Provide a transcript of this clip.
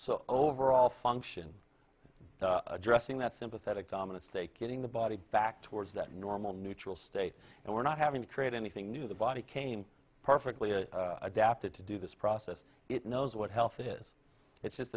so overall function addressing that sympathetic dominance they getting the body back towards that normal natural state and we're not having to create anything new the body came perfectly adapted to do this process it knows what health is it's just